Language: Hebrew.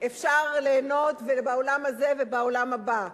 אפשר ליהנות בעולם הזה ובעולם הבא,